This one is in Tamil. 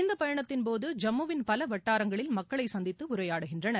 இந்தபயணத்தின்போது ஜம்முவின் பலவட்டாரங்களில் மக்களைசந்தித்துஉரையாடுகின்றனர்